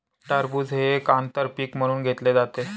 टरबूज हे एक आंतर पीक म्हणून घेतले जाते